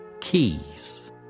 keys